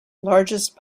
largest